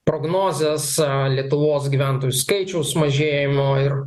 prognozes lietuvos gyventojų skaičiaus mažėjimo ir